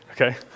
Okay